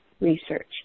research